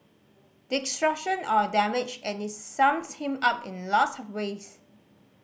destruction or damage and it sums him up in lots of ways